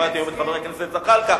שמעתי היום את חבר הכנסת זחאלקה.